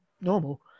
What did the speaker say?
normal